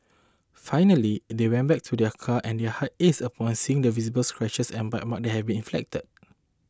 finally they went back to their car and their hearts ached upon seeing the visible scratches and bite marks have been inflicted